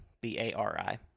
B-A-R-I